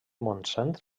montsant